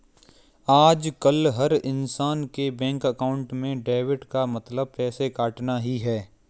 आजकल हर इन्सान के बैंक अकाउंट में डेबिट का मतलब पैसे कटना ही है